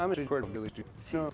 i'm sure